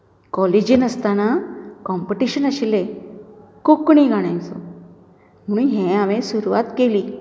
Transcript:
कॉलेजीन आसताना कोम्पटिशन आशिल्लें कोंकणी गाण्याचो म्हुणून हें हांवें सुरवात केली